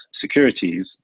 securities